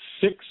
six